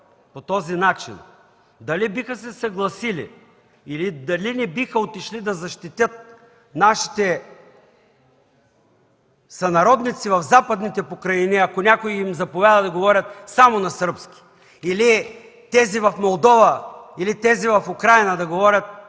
по този начин, дали биха се съгласили или дали не биха отишли да защитят нашите сънародници в Западните покрайнини, ако някой им заповяда да говорят само на сръбски. Или тези в Молдова, или тези в Украйна да говорят